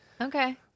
Okay